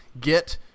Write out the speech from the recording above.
get